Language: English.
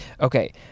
Okay